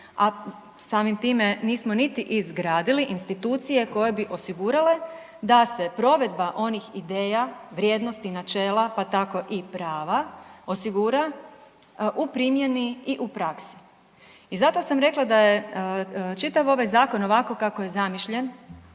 a samim time nismo niti izgradili institucije koje bi osigurale da se provedba onih ideja, vrijednosti, načela pa tako i prava osigura u primjeni i u praksi. I zato sam rekla da je čitav ovaj zakon ovako kako je zamišljen